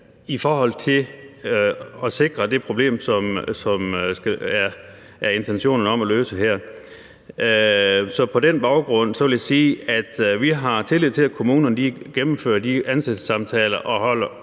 vi fint dækker det, det er intentionen at sikre her. På den baggrund vil jeg sige, at vi har tillid til, at kommunerne gennemfører ansættelsessamtaler og på den